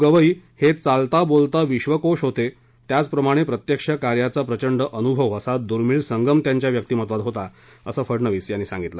गवई हे चालता बोलता विश्वकोश होते त्याचप्रमाणे प्रत्यक्ष कार्याचा प्रचंड अन्भव असा दूर्मीळ संगम त्यांच्या व्यक्तिमत्वात होता असं फडनवीस यांनी सांगितलं